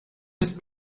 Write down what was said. ist